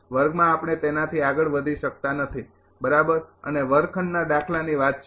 વર્ગમાં આપણે તેનાથી આગળ વધી શકતા નથી બરાબર અને વર્ગખંડના દાખલાની વાત છે